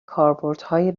کاربردهای